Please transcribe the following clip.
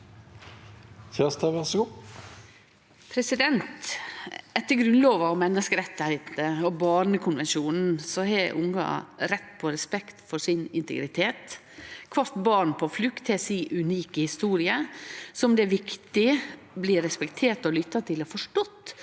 Etter Grunn- lova, menneskerettane og barnekonvensjonen har ungar rett på respekt for sin integritet. Kvart barn på flukt har si unike historie som det er viktig at blir respektert, lytta til og forstått